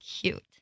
Cute